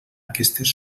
aquestes